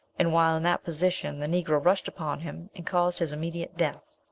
and, while in that position, the negro rushed upon him, and caused his immediate death.